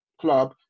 club